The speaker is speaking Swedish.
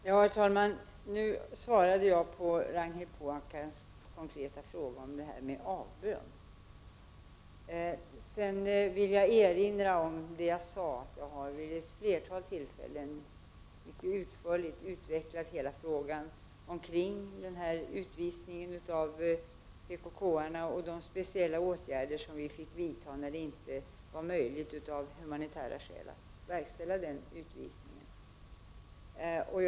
Herr talman! Jag har nu svarat på Ragnhild Pohankas konkreta fråga om detta med avbön. Jag vill erinra om det jag sade, nämligen att jag vid ett flertal tillfällen mycket utförligt har utvecklat hela frågan om utvisningen av PKK-arna och de speciella åtgärder som vi blev tvungna att vidta när utvisningen av humanitära skäl inte var möjlig att verkställa.